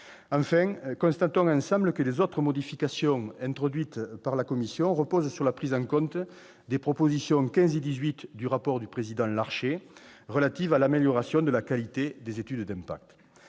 Enfin, constatons ensemble que les autres modifications introduites par la commission reposent sur la prise en compte des propositions 15 et 18 du rapport du président Gérard Larcher, relatives à l'amélioration de la qualité des études d'impact.